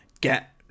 get